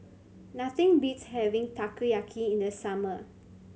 nothing beats having Takoyaki in the summer